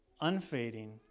unfading